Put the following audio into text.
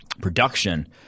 production